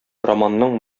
романның